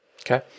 Okay